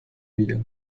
via